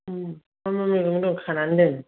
उम मा मा मैगं दं खानानै दोन